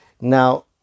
Now